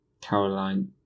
Caroline